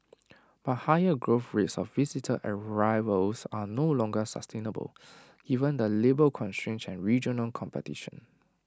but high growth rates of visitor arrivals are no longer sustainable given the labour constraints and regional competition